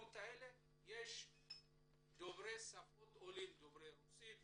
בתחנות האלה יש דוברי שפות עולים דוברי רוסית,